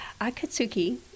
Akatsuki